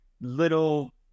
little